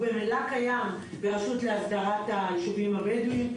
גם ככה קיים ברשות להסדרת היישובים הבדואיים,